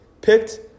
picked